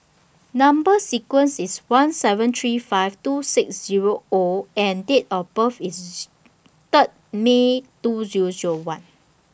Number sequence IS one seven three five two six Zero O and Date of birth IS Third May two Zero Zero one